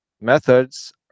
methods